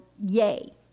yay